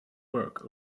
work